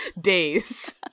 days